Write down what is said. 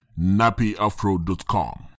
NappyAfro.com